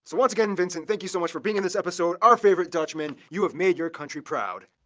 once again vincent, thank you so much for being in this episode, our favorite dutchman. you have made your country proud.